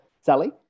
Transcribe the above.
Sally